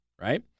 Right